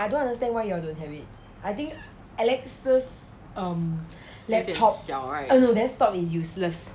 !aiya! I don't understand why you all don't have it I think alex's um laptop oh no desktop is useless